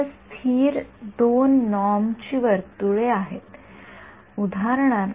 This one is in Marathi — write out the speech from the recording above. कारण स्थिर १ नॉर्मसाठी लोकस काय आहे मी नॉर्म कसे परिभाषित करू नार्म